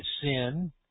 sin